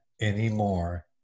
anymore